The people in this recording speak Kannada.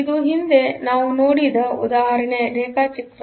ಇದು ನಾವು ಈ ಹಿಂದೆ ಹೊಂದಿದ್ದರೇಖಾಚಿತ್ರ